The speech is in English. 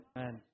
Amen